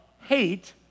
hate